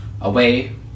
away